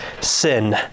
sin